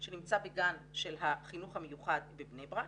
שנמצא בגן של החינוך המיוחד בבני ברק,